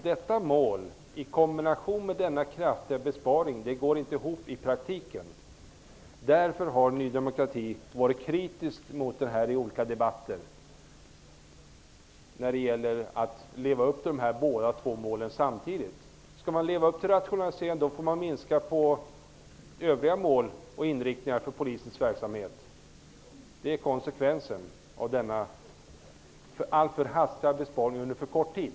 Detta mål går i praktiken inte ihop med en sådan kraftig besparing. Av den anledningen har vi i Ny demokrati varit kritiska mot besparingen i olika debatter. Det går inte att leva upp till båda målen samtidigt. Om man skall kunna leva upp till målet om rationalisering får man minska på övriga mål vad gäller inriktningen för polisens verksamhet. Det är konsekvensen av att besparingen skall göras alltför hastigt och på för kort tid.